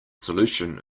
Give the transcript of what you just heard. solution